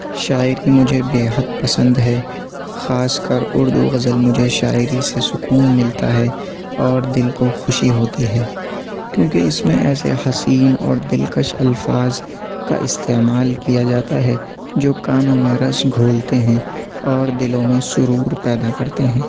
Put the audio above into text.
شاعری مجھے بےحد پسند ہے خاص کر اردو غزل مجھے شاعری سے سکون ملتا ہے اور دل کو خوشی ہوتی ہے کیونکہ اِس میں ایسے حسین اور دلکش الفاظ کا استعمال کیا جاتا ہے جو کانوں میں رس گھولتے ہیں اور دلوں میں سرور پیدا کرتے ہیں